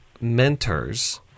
mentors